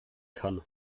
kann